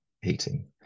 heating